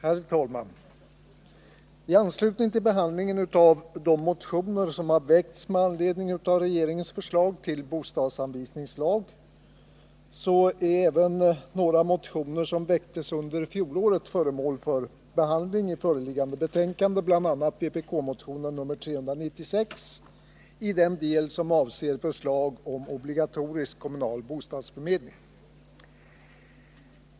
Fru talman! I anslutning till behandlingen av de motioner som väckts med anledning av regeringens förslag till bostadsanvisningslag är även några motioner som väcktes under fjolåret föremål för behandling i förevarande betänkande, bl.a. vpk-motionen 396 i den del som avser förslag om obligatorisk kommunal bostadsförmedling.